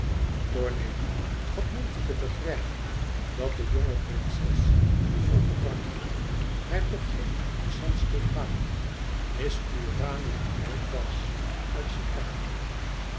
cornélie had moeite te begrijpen dat de jonge prinses di forte braccio hertogin di san stefano miss urania hope was uit chicago